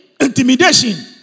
intimidation